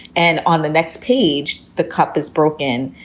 and on the next page, the cup is broken.